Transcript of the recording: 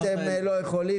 אתם לא יכולים.